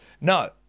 No